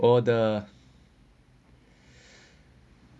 order